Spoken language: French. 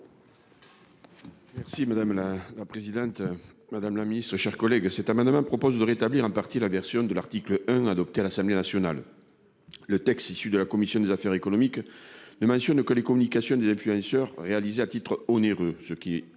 Si madame la présidente, madame la ministre, chers collègues. Cet amendement propose de rétablir en partie la version de l'article 1, adopté à l'Assemblée nationale. Le texte issu de la commission des affaires économiques ne mentionne que les communications des influenceurs réalisé à titre onéreux, ce qui peut